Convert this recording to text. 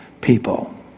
people